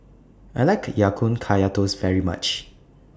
I like Ya Kun Kaya Toast very much